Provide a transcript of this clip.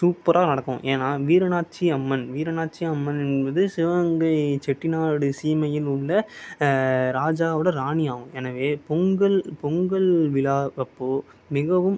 சூப்பராக நடக்கும் ஏன்னா வீரநாச்சி அம்மன் வீரநாச்சி அம்மன் என்பது சிவகங்கை செட்டிநாடு சீமையில் உள்ள ராஜாவோட ராணி ஆகும் எனவே பொங்கல் பொங்கல் விழா அப்போ மிகவும்